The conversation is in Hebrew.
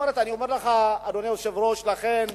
לכן,